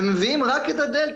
ומוסיפים רק את הדלתא.